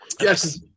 Yes